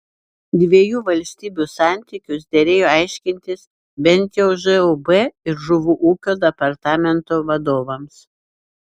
dviejų valstybių santykius derėjo aiškintis bent jau žūb ir žuvų ūkio departamento vadovams